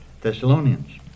thessalonians